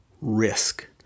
risk